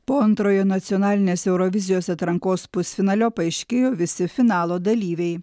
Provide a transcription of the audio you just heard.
po antrojo nacionalinės eurovizijos atrankos pusfinalio paaiškėjo visi finalo dalyviai